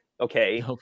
okay